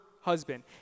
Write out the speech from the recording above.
husband